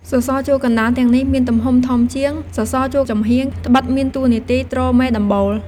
សសរជួរកណ្តាលទាំងនេះមានទំហំធំជាង សសរជួរចំហៀង ត្បិតមានតួនាទីទ្រមេដំបូល។